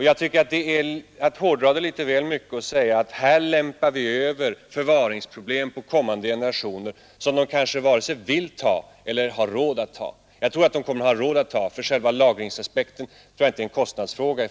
Jag tycker att det är att hårdra det litet väl mycket, när man säger att vi lämpar över förvaringsproblemen på kommande generationer, som kanske inte vill eller har råd att ta dem på sig. Jag tror att de kommer att ha råd, för själva lagringen är inte i första hand en kostnadsfråga.